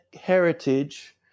heritage